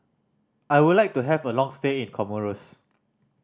I would like to have a long stay in Comoros